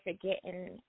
forgetting